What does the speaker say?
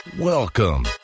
Welcome